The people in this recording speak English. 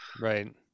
right